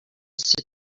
sit